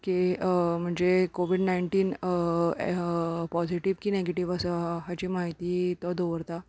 की म्हणजे covid nineteen positive की नॅगेटीव आसा हाची म्हायती तो दवरता